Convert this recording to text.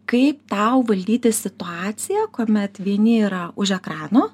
kaip tau valdyti situaciją kuomet vieni yra už ekrano